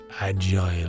agile